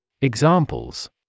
Examples